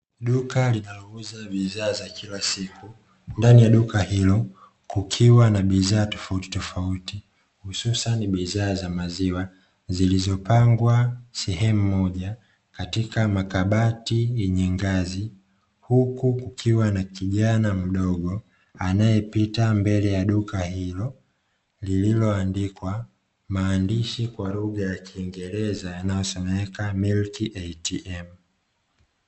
Duka linalouza bidhaa za kila siku, ndani ya duka hilo kukiwa na bidhaa tofauti tofauti hususan bidhaa za maziwa, zilizopangwa sehemu moja katika makabati yenye ngazi, huku kukiwa na kijana mdogo anayepita mbele ya duka hilo lililoandikwa maandishi kwa lugha ya kiingereza yanayosomeka "MILK ATM".